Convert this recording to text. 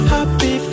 Happy